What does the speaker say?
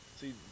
See